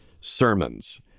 Sermons